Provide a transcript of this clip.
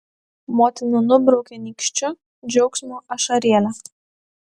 motina nubraukia nykščiu džiaugsmo ašarėlę